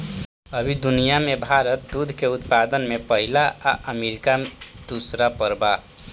अभी दुनिया में भारत दूध के उत्पादन में पहिला आ अमरीका दूसर पर बा